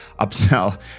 upsell